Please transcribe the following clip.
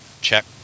check